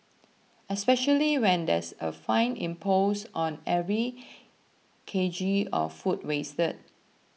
especially when there's a fine imposed on every K G of food wasted